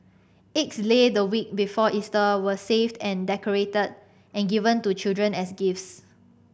eggs laid the week before Easter were saved and decorated and given to children as gifts